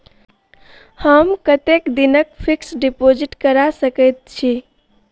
हम कतेक दिनक फिक्स्ड डिपोजिट करा सकैत छी?